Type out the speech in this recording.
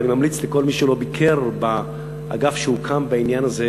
אני ממליץ לכל מי שלא ביקר באגף שהוקם בירושלים,